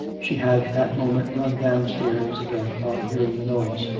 she had that moment run downstairs again on hearing the noise.